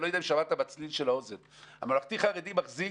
הממלכתי-חרדי מחזיק